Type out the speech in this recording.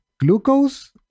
glucose